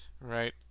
Right